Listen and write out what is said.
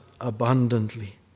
abundantly